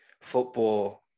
football